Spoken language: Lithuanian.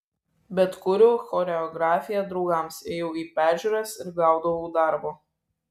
bet kūriau choreografiją draugams ėjau į peržiūras ir gaudavau darbo